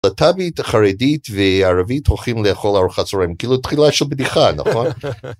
להטבי"ת, חרדית וערבית הולכים לאכול ארוחת צהריים, כאילו תחילה של בדיחה נכון.